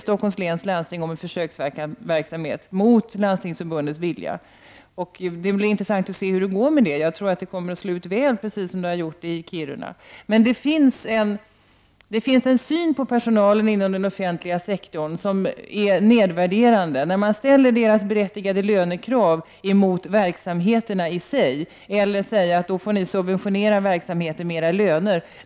Stockholms läns landsting har beslutat om en försöksverksamhet, i strid med vad Landstingsförbundet vill. Det blir intressant att se hur det går. Jag tror att den här försöksverksamheten får ett bra utfall, precis som i Men man nedvärderar personalen inom den offentliga sektorn när man ställer deras berättigade lönekrav mot verksamheterna i sig eller när man säger att personalen får subventionera verksamheten genom lönerna.